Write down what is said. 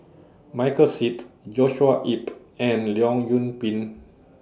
Michael Seet Joshua Ip and Leong Yoon Pin